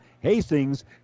Hastings